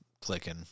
clicking